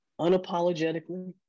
unapologetically